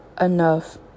enough